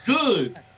good